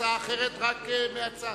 הצעה אחרת רק מהצד.